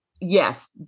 yes